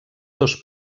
dos